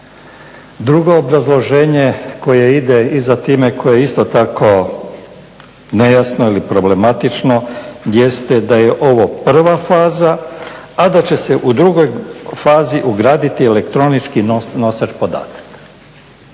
Drugo obrazloženje koje ide i za time koje je isto tako nejasno ili problematično jeste da je ovo prva faza, a da će se u drugoj fazi ugraditi elektronički nosač podataka.